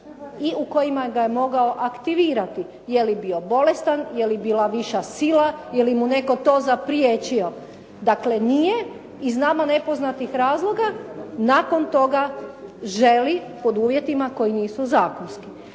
i u kojima ga je mogao aktivirati. Je li bio bolestan? Je li bila viša sila? Je li mu to netko zapriječio? Dakle nije i znamo iz nepoznatih razloga nakon toga želi pod uvjetima koji nisu zakonski.